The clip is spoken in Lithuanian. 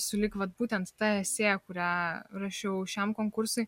su lyg vat būtent ta esė kurią rašiau šiam konkursui